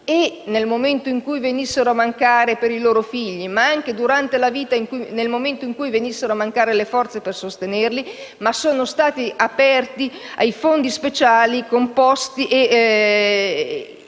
nel momento in cui venissero a mancare per i loro figli, ma anche durante la loro vita, nel momento in cui venissero a mancare le forze per sostenerli. Sono stati aggiunti fondi speciali e